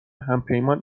همپیمان